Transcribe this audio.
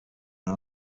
nta